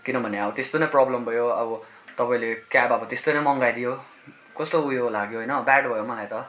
किनभने अब त्यस्तो नै प्रबलम भयो अब तपाईँले क्याब अब त्यस्तै नै मगाइदियो कस्तो उयो लाग्यो होइन ब्याड भयो मलाई त